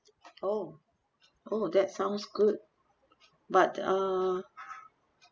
oh oh that sounds good but uh